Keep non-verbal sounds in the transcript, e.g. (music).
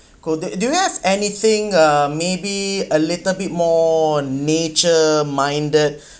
do you have anything uh maybe a little bit more nature minded (breath)